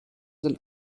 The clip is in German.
sind